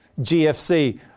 GFC